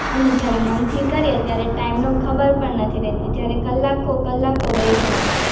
અને જ્યારે મનથી કરીએ ત્યારે ટાઈમનો ખબર પણ નથી રહેતી જ્યારે કલાકો કલાકો વહી જાય છે